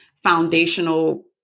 foundational